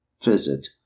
Visit